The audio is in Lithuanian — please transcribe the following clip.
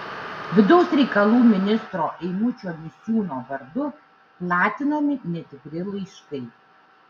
vidaus reikalų ministro eimučio misiūno vardu platinami netikri laiškai